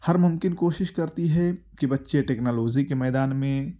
ہر ممکن کوشش کرتی ہے کہ بچے ٹیکنالوجی کے میدان میں